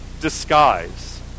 disguise